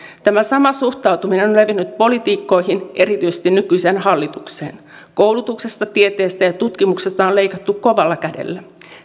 tämä sama suhtautuminen on levinnyt poliitikkoihin erityisesti nykyiseen hallitukseen koulutuksesta tieteestä ja tutkimuksesta on leikattu kovalla kädellä